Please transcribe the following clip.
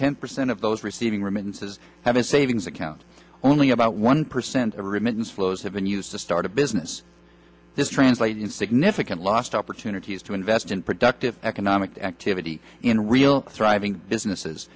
ten percent of those receiving remittances have a savings account only about one percent a written slows have been used to start a business this translate into significant lost opportunities to invest in productive economic activity in real thriving businesses